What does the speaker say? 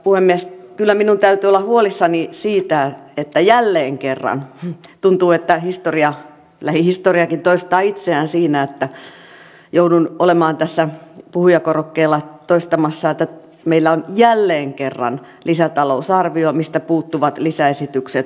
puhemies kyllä minun täytyy olla huolissani siitä että jälleen kerran tuntuu että lähihistoriakin toistaa itseään siinä että joudun olemaan tässä puhujakorokkeella toistamassa että meillä on jälleen kerran lisätalousarvio mistä puuttuvat lisäesitykset työllisyysmäärärahoiksi